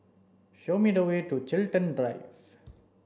show me the way to Chiltern Drive